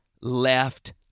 left